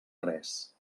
res